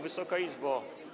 Wysoka Izbo!